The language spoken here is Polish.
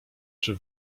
czy